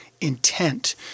intent